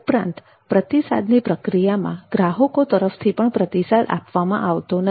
ઉપરાંત પ્રતિસાદની પ્રક્રિયામાં ગ્રાહકો તરફથી પ્રતિસાદ પણ આપવામાં આવતો નથી